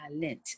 talent